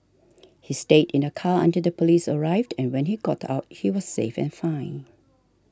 he stayed in the car until the police arrived and when he got out he was safe and fine